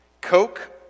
Coke